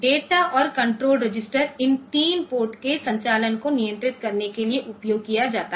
डेटाऔर control register इन 3 port के संचालन को नियंत्रित करने के लिए उपयोग किया जाता है